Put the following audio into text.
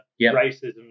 racism